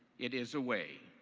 it is a way.